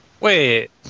Wait